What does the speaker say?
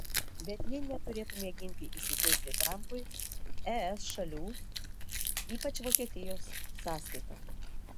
bet ji neturėtų mėginti įsiteikti trumpui es šalių ypač vokietijos sąskaita